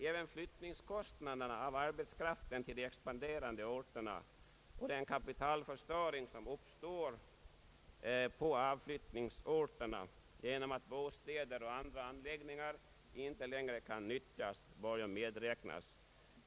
Även kostnaderna för flyttning av arbetskraften till de expanderande orterna och den kapitalförstöring som uppstår på avflyttningsorterna, genom att bostäder och andra anläggningar inte längre nyttjas, bör medräknas.